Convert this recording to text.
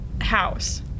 house